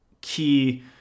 key